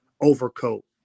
overcoat